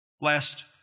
Last